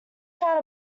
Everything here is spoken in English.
found